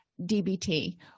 dbt